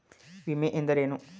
ವಿಮೆ ಎಂದರೇನು?